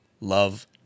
love